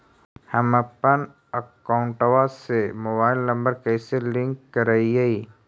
हमपन अकौउतवा से मोबाईल नंबर कैसे लिंक करैइय?